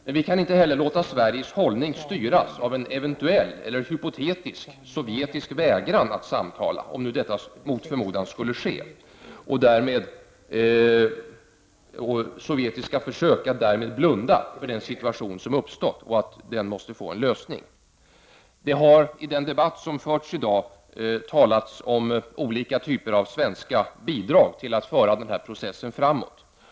Men vi kan inte heller låta Sveriges hållning styras av en eventuell eller hypotetisk sovjetisk vägran att samtala, om nu detta mot förmodan skulle ske, och sovjetiska försök att därmed blunda för den situation som har uppstått och att den måste få en lösning. Det har i den debatt som har förts i dag talats om olika typer av svenska bidrag till att föra denna process framåt.